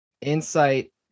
insight